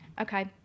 okay